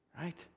right